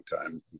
time